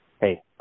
hey